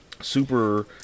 super